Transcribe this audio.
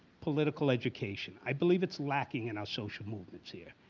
political education. i believe it's lacking in our social movements here.